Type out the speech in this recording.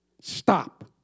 Stop